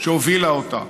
שהובילה אותה.